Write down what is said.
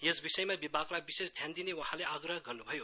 यस विषयमा विभागलाई विशेष ध्यान दिने वहाँले आग्रह गर्नुभयो